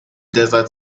desert